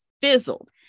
fizzled